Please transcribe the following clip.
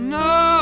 no